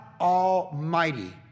Almighty